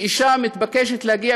שאישה מתבקשת להגיע